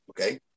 Okay